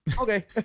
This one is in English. okay